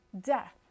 Death